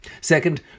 Second